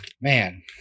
man –